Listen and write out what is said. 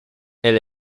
elle